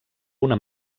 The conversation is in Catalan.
una